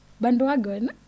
bandwagon